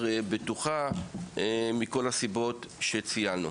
מכל הסיבות שציינו.